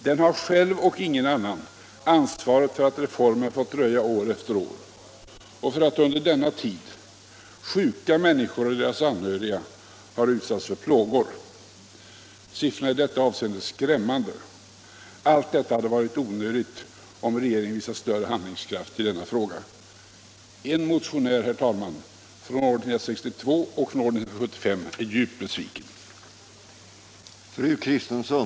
Den har själv —- och ingen annan — ansvaret för att reformen har fått dröja år efter år och för att under denna tid sjuka människor och deras anhöriga har utsatts för plågor. Siffrorna i detta avseende är skrämmande. Och allt detta hade varit onödigt, om regeringen visat större handlingskraft i denna fråga. Herr talman! En motionär från år 1962 och från år 1975 är djupt besviken.